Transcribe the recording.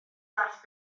fath